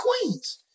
Queens